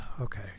Okay